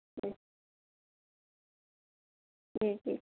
جی جی جی